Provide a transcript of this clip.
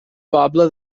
poble